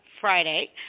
Friday